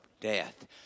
death